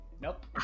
Nope